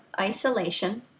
isolation